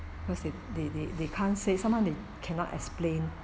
because they they they they can't say sometime they cannot explain